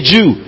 Jew